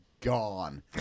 gone